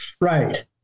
Right